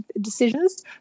decisions